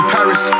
Paris